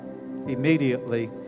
immediately